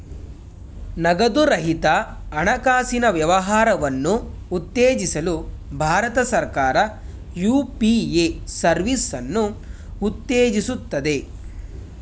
ನಗದು ರಹಿತ ಹಣಕಾಸಿನ ವ್ಯವಹಾರವನ್ನು ಉತ್ತೇಜಿಸಲು ಭಾರತ ಸರ್ಕಾರ ಯು.ಪಿ.ಎ ಸರ್ವಿಸನ್ನು ಉತ್ತೇಜಿಸುತ್ತದೆ